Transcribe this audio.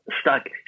stuck